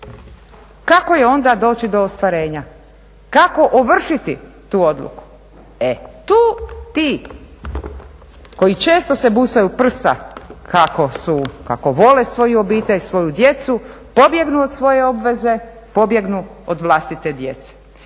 kako je onda doći do ostvarenja. Kako ovršiti tu odluku? E tu ti koji često se busaju u prsa kako vole svoju obitelj, svoju djecu, pobjegnu od svoje obveze, pobjegnu od vlastite djece.